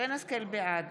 בעד